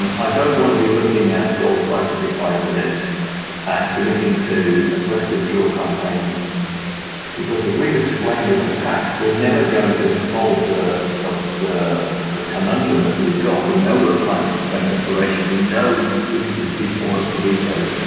um i don't want to be looking at the gold price every five minutes and committing to aggressive drill campaigns because as we've explained in the past, we're never going to solve the the the conundrum that we've got. we know we're a plant-constrained operation. we know we can produce more at palito.